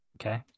Okay